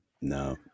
No